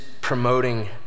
promoting